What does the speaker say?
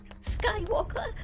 Skywalker